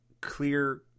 Clear